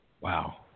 Wow